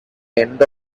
end